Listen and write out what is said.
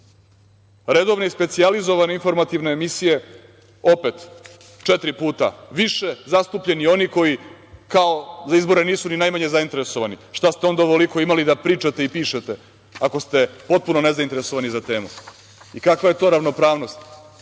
više. Redovna i specijalizovana informativna emisija, opet četiri puta više zastupljeni oni koji kao za izbore nisu ni najmanje zainteresovani. Šta ste onda imali ovoliko da pričate i pišete, ako ste potpuno nezainteresovani za temu i kakva je to ravnopravnost,